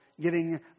giving